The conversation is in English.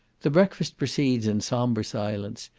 the breakfast proceeds in sombre silence,